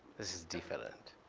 this is different.